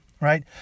right